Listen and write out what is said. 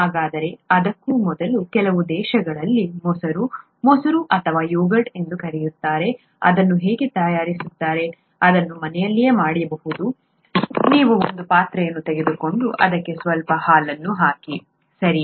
ಹಾಗಾದರೆ ಅದಕ್ಕೂ ಮೊದಲು ಕೆಲವು ದೇಶಗಳಲ್ಲಿ ಮೊಸರು ಮೊಸರು ಅಥವಾ ಯೋಗರ್ಟ್ ಎಂದು ಕರೆಯುತ್ತಾರೆ ಅದನ್ನು ಹೇಗೆ ತಯಾರಿಸುತ್ತಾರೆ ಅದನ್ನು ಮನೆಯಲ್ಲಿಯೇ ಮಾಡಬಹುದು ನೀವು ಒಂದು ಪಾತ್ರೆಯನ್ನು ತೆಗೆದುಕೊಂಡು ಅದಕ್ಕೆ ಸ್ವಲ್ಪ ಹಾಲನ್ನು ಹಾಕಿ ಸರಿ